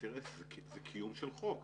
זה קיום של חוק.